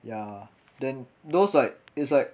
ya then those like it's like